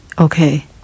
Okay